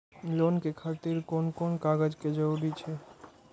Loan के खातिर कोन कोन कागज के जरूरी छै?